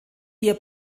ihr